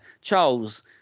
Charles